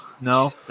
No